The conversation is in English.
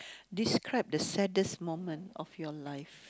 describe the saddest moment of your life